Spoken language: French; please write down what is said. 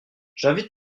j’invite